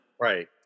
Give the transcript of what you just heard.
Right